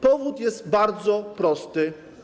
Powód jest bardzo prosty.